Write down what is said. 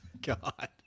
God